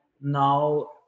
now